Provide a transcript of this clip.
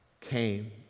came